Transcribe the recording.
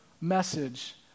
message